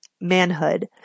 manhood